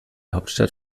hauptstadt